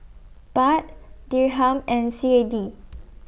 Baht Dirham and C A D